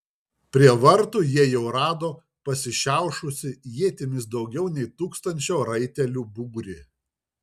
prie vartų jie jau rado pasišiaušusį ietimis daugiau nei tūkstančio raitelių būrį